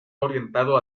orientado